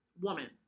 woman